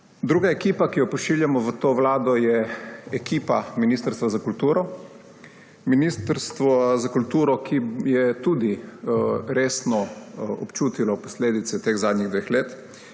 Druga ekipa, ki jo pošiljamo v to vlado, je ekipa ministrstva za kulturo. Ministrstvo za kulturo, ki je tudi resno občutilo posledice teh zadnjih dveh let,